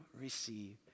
receive